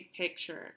picture